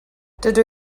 dydw